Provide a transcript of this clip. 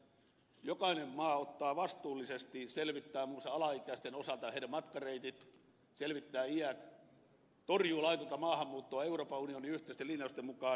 jokainen maa ottaa asiat vastuullisesti selvittää muun muassa alaikäisten osalta heidän matkareittinsä selvittää iät torjuu laitonta maahanmuuttoa euroopan unionin yhteisten linjausten mukaan